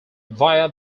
via